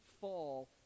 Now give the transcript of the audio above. fall